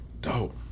Dope